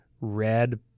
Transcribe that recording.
red